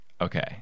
Okay